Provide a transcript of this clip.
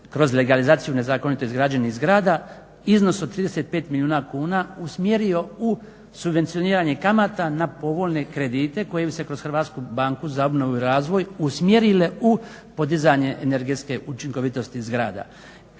kroz legalizaciju nezakonito izgrađenih zgrada, iznos od 35 milijuna kuna usmjerio u subvencioniranje kamata na povoljne kredite kojim se kroz Hrvatsku banku za obnovu i razvoju usmjerile u podizanje energetske učinkovitosti zgrada.